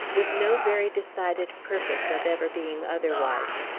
with no very decided purpose of ever being otherwise.